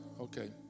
okay